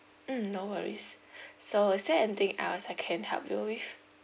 mm no worries so is there anything else I can help you with